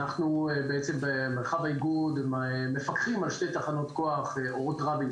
אנחנו בעצם במרחב האיגוד מפקחים על שתי תחנות כוח אורות רבין,